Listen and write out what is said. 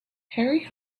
harry